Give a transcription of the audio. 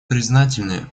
признательны